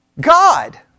God